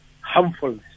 harmfulness